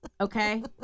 Okay